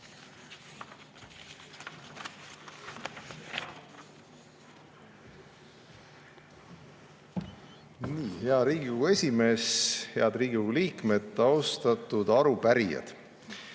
Hea Riigikogu esimees! Head Riigikogu liikmed! Austatud arupärijad!